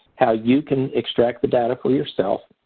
how you can extract the data for yourself.